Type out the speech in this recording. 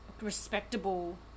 respectable